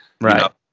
right